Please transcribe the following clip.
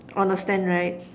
on the stand right